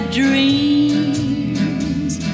dreams